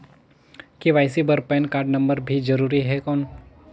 KYC बर PAN card number भी जरूरी हे कौन?